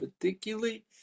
particularly